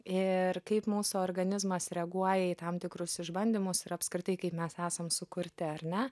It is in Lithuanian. ir kaip mūsų organizmas reaguoja į tam tikrus išbandymus ir apskritai kaip mes esam sukurti ar ne